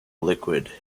liquid